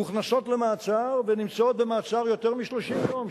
מוכנסות למעצר ונמצאות במעצר יותר מ-30 יום,